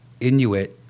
Inuit